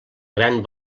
gran